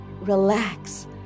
relax